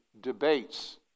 debates